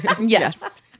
yes